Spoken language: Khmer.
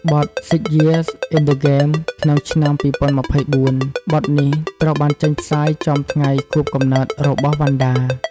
បទ "6 YEARS IN THE GAME" ក្នុង ឆ្នាំ២០២៤ បទនេះត្រូវបានចេញផ្សាយចំថ្ងៃខួបកំណើតរបស់វណ្ណដា។